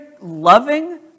loving